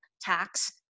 tax